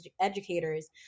educators